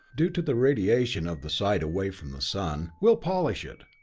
due to the radiation of the side away from the sun, we'll polish it,